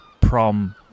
prom